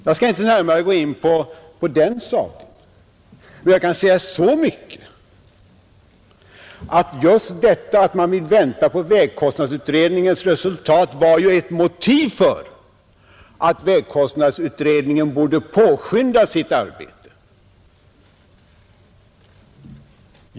Jag skall inte gå närmare in på den saken, men jag kan säga så mycket, att just detta att man vill vänta på vägkostnadsutredningens resultat var ett motiv för att vägkostnadsutredningen borde påskynda sitt arbete.